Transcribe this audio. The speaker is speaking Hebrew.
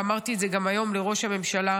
ואמרתי את זה גם היום לראש הממשלה,